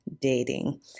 dating